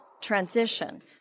transition